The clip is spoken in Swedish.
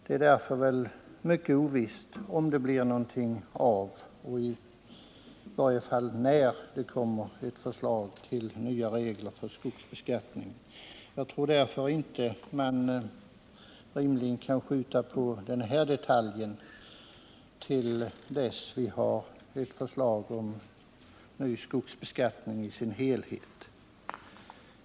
Det är därför mycket ovisst om det kommer nya regler beträffande skogsbeskattningen — i varje fall när de kommer. Jag tror inte man kan skjuta på beslutet om den här detaljen till dess vi har fått ett förslag om ny skogsbeskattning i dess helhet.